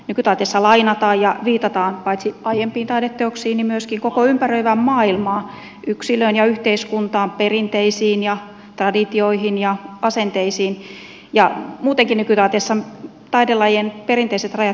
nykytaiteessa lainataan ja viitataan paitsi aiempiin taideteoksiin myöskin koko ympäröivään maailmaan yksilöön ja yhteiskuntaan perinteisiin ja traditioihin ja asenteisiin ja muutenkin nykytaiteessa taidelajien perinteiset rajat ylittyvät